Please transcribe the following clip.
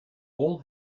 all